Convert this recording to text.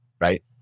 Right